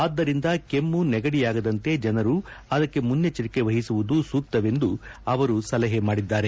ಆದ್ದರಿಂದ ಕೆಮ್ನು ನೆಗಡಿಯಾಗದಂತೆ ಜನರು ಅದಕ್ಕೆ ಮುನ್ನೆಚ್ಚರಿಕೆ ವಹಿಸುವುದು ಸೂಕ್ತವೆಂದು ಅವರು ಸಲಹೆ ಮಾಡಿದ್ದಾರೆ